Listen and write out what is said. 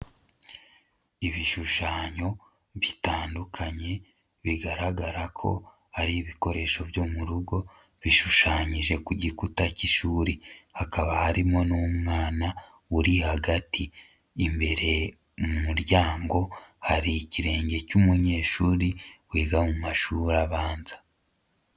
Ibishushanyo bitandukanye bigaragara ko ari ibikoresho byo mu rugo bishushanyije ku gikuta cy'ishuri, hakaba harimo n'umwana uri hagati imbere mu muryango hari ikirenge cy'umunyeshuri wiga mu mashuri abanza.